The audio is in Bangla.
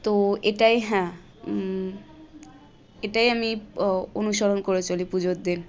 তো এটাই হ্যাঁ এটাই আমি অনুসরণ করে চলি পুজোর দিন